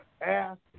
Ask